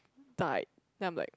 died then I'm like